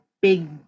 big